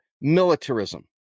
militarism